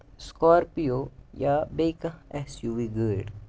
Scorpio یا بیٚیہِ کانٛہہ اٮ۪س یوٗ وی گٲڑۍ